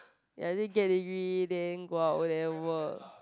ya then get degree then go out there work